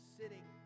sitting